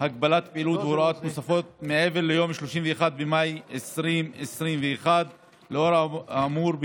הגבלת פעילות והוראות נוספות מעבר ליום 31 במאי 2021. לאור האמור,